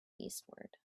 eastward